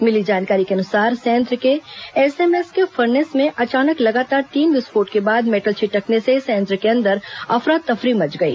मिली जानकारी के अनुसार संयंत्र के एसएमएस के फर्नेस में अचानक लगातार तीन विस्फोट के बाद मेटल छिटकने से संयंत्र के अंदर अफरा तफरी मच गई